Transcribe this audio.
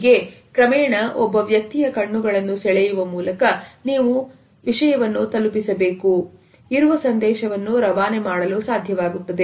ಹೀಗೆ ಕ್ರಮೇಣ ಒಬ್ಬ ವ್ಯಕ್ತಿಯ ಕಣ್ಣುಗಳನ್ನು ಸೆಳೆಯುವ ಮೂಲಕ ನೀವು ತಲುಪಿಸಬೇಕು ಇರುವ ಸಂದೇಶವನ್ನು ರವಾನೆ ಮಾಡಲು ಸಾಧ್ಯವಾಗುತ್ತದೆ